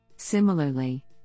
Similarly